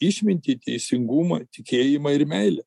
išmintį teisingumą tikėjimą ir meilę